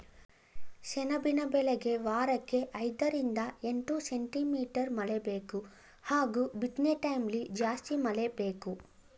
ಸೆಣಬಿನ ಬೆಳೆಗೆ ವಾರಕ್ಕೆ ಐದರಿಂದ ಎಂಟು ಸೆಂಟಿಮೀಟರ್ ಮಳೆಬೇಕು ಹಾಗೂ ಬಿತ್ನೆಟೈಮ್ಲಿ ಜಾಸ್ತಿ ಮಳೆ ಬೇಕು